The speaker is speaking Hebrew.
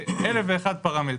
זה אלף ואחד פרמטרים.